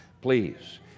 Please